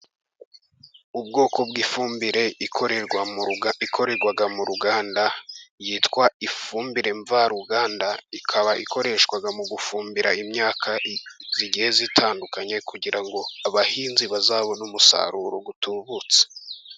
Ubwoko bw'ifumbire ikorerwa mu ruganda yitwa ifumbire mvaruganda, ikaba ikoreshwa mu gufumbira imyaka igiye itandukanye, kugira ngo abahinzi bazabone umusaruro utubutse.